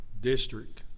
district